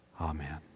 amen